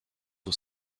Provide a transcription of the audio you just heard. was